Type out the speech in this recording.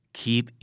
keep